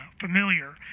familiar